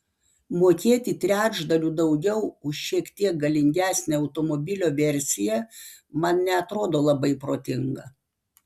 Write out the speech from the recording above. mokėti trečdaliu daugiau už šiek tiek galingesnę automobilio versiją man neatrodo labai protinga